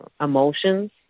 emotions